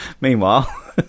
Meanwhile